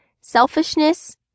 selfishness